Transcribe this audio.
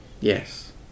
yes